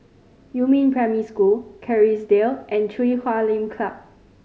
Yumin Primary School Kerrisdale and Chui Huay Lim Club